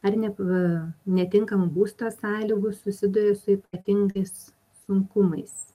ar nepa netinkamų būsto sąlygų susiduria su ypatingais sunkumais